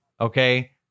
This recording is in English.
okay